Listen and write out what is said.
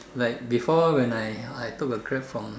like before when I I took a Grab from